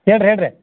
ಹೇಳ್ರಿ ಹೇಳ್ರಿ